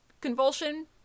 convulsion